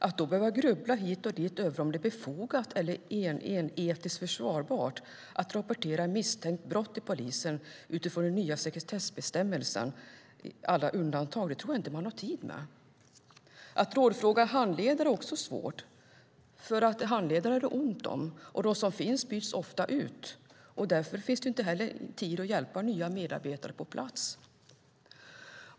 Att då behöva grubbla hit och dit över om det är befogat eller etiskt försvarbart att rapportera ett misstänkt brott till polisen utifrån den nya sekretessbestämmelsens alla undantag tror jag inte att man har tid med. Att rådfråga en handledare är också svårt, för handledare är det ont om, och de som finns byts ofta ut. Därför finns det heller ingen tid att hjälpa nya medarbetare på plats.